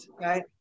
Right